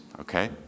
okay